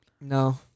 No